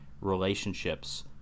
relationships